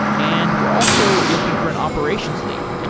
and we're also looking for an operations lead.